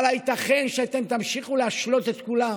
אבל הייתכן שאתם תמשיכו להשלות את כולם